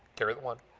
carry the one.